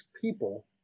people